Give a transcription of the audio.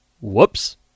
Whoops